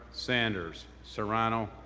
sander, serrano,